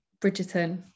Bridgerton